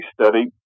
study